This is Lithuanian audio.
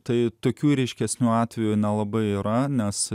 tai tokių ryškesnių atvejų nelabai yra nes